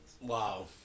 Wow